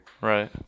Right